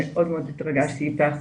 מאוד התרגשתי איתך,